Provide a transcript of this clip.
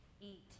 eat